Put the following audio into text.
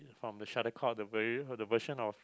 from the shuttlecock the version of